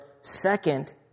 second